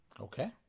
Okay